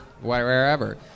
wherever